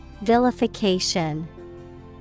Vilification